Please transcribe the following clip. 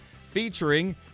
featuring